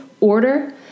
order